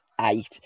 eight